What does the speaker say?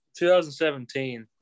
2017